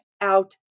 out